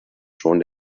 schon